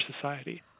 society